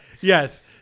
yes